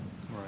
Right